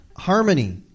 Harmony